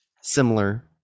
similar